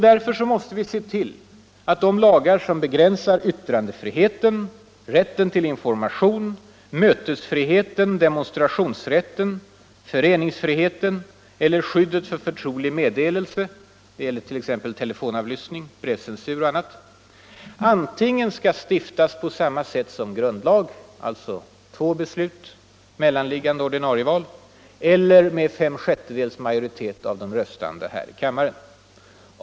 Därför måste vi se till att de lagar som begränsar yttrandefriheten, rätten till information, mötesfriheten, demonstrationsrätten, föreningsfriheten och skyddet för förtrolig meddelelse —t.ex. telefonavlyssning, brevcensur och annat — antingen skall stiftas på samma sätt som grundlag, alltså två beslut med mellanliggande ordinarie val, eller med fem sjättedelars majoritet av de röstande här i kammaren.